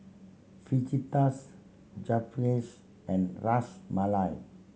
Fajitas Japchae and Ras Malai